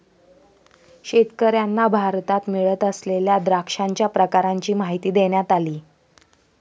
शेतकर्यांना भारतात मिळत असलेल्या द्राक्षांच्या प्रकारांची माहिती देण्यात आली